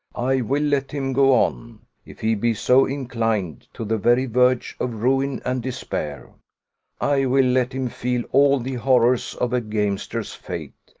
i will let him go on if he be so inclined to the very verge of ruin and despair i will let him feel all the horrors of a gamester's fate,